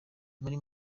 muri